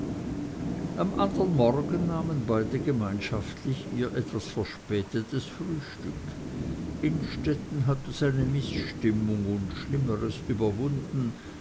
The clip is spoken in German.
am andern morgen nahmen beide gemeinschaftlich ihr etwas verspätetes frühstück innstetten hatte seine mißstimmung und schlimmeres überwunden